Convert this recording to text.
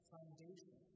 Foundation